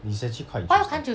it's actually quite interesting